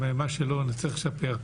מה שלא נצטרך לשפר.